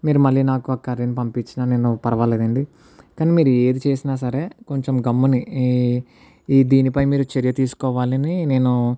మీరు మళ్ళీ నాకు ఆ కర్రీని పంపించినా నేను పర్వాలేదండి కానీ మీరు ఏది చేసినా సరే కొంచెం గమ్ముని ఈ ఈ దీనిపై మీరు చర్య తీసుకోవాలని నేను